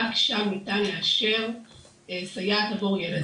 רק שם ניתן לאשר סייעת עבור ילד.